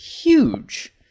huge